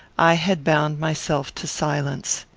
i had bound myself to silence.